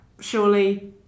surely